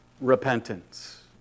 repentance